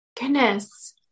Goodness